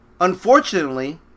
unfortunately